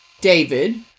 David